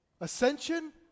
Ascension